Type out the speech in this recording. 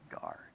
guard